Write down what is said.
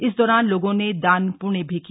इस दौरान लोगों ने दान पुण्य भी किया